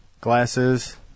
Glasses